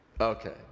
Okay